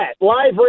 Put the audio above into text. Live